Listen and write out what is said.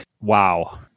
wow